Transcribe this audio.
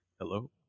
hello